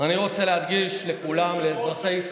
אני רוצה להדגיש לכולם,